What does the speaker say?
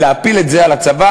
אז להפיל את זה על הצבא?